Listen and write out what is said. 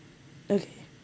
okay